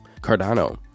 cardano